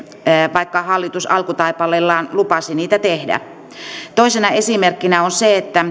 vaikka hallitus alkutaipaleellaan lupasi niitä tehdä toisena esimerkkinä on se että